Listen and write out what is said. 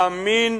אמין.